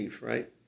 right